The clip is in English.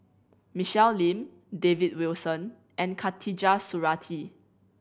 Michelle Lim David Wilson and Khatijah Surattee